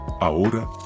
Ahora